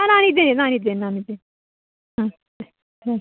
ಹಾಂ ನಾನು ಇದ್ದೇನೆ ನಾನು ಇದ್ದೇನೆ ನಾನು ಇದ್ದೇನೆ ಹ್ಞೂ ಹ್ಞೂ